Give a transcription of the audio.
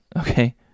okay